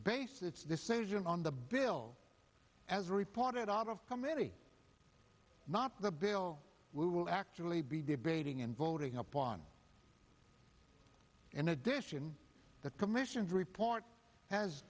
based its decision on the bill as reported out of committee not the bill we will actually be debating and voting upon in addition the commission's report has